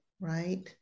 right